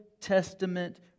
Testament